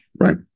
Right